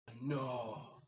no